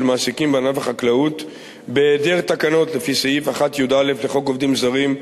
מעסיקים בענף החקלאות בהיעדר תקנות לפי סעיף 1יא לחוק עובדים זרים,